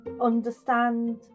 understand